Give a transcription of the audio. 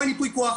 פה אין יפוי כח,